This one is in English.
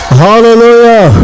hallelujah